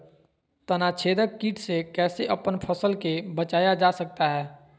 तनाछेदक किट से कैसे अपन फसल के बचाया जा सकता हैं?